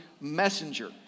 messenger